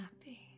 happy